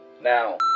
now